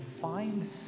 find